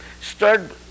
Start